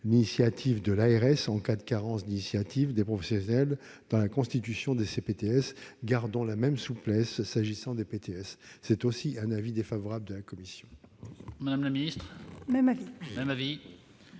l'initiative de l'ARS en cas de carence d'initiatives des professionnels dans la constitution des CPTS. Gardons la même souplesse s'agissant des PTS. En conséquence, la commission